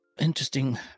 interesting